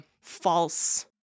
false